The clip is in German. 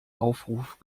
aufruf